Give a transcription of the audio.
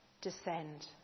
descend